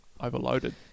overloaded